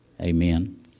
Amen